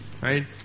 right